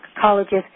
colleges